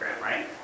right